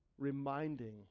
reminding